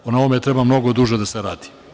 Na ovome treba mnogo duže da se radi.